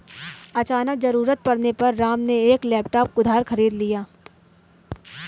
अचानक ज़रूरत पड़ने पे राम ने एक लैपटॉप उधार खरीद लिया